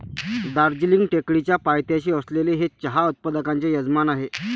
दार्जिलिंग टेकडीच्या पायथ्याशी असलेले हे चहा उत्पादकांचे यजमान आहे